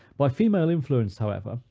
by female influence, however,